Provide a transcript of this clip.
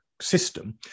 system